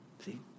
See